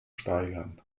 steigern